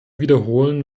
wiederholen